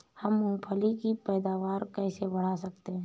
हम मूंगफली की पैदावार कैसे बढ़ा सकते हैं?